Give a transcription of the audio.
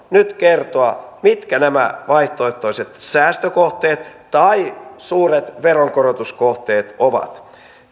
nyt kertoa mitkä nämä vaihtoehtoiset säästökohteet tai suuret veronkorotuskohteet ovat